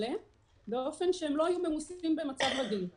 באים ופושעים פה למטרה פעמיים.